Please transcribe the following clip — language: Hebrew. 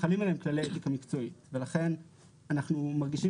שחלים עליהם כללי אתיקה מקצועית ולכן אנחנו מרגישים